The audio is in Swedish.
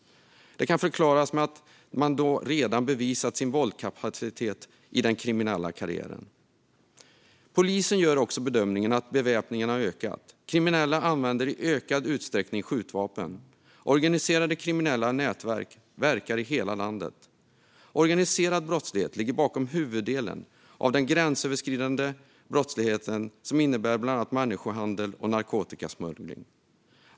Det kan förklaras med att man då redan har bevisat sin våldskapacitet i den kriminella karriären. Polisen gör också bedömningen att beväpningen har ökat, det vill säga att kriminella i ökad utsträckning använder skjutvapen. Organiserade kriminella nätverk verkar i hela landet. Organiserad brottslighet ligger bakom huvuddelen av den gränsöverskridande brottsligheten, bland annat människohandel och narkotikasmuggling.